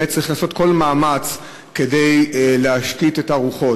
באמת צריך לעשות כל מאמץ כדי להשקיט את הרוחות.